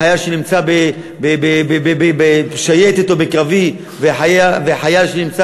חייל שנמצא בשייטת או בקרבי וחייל שנמצא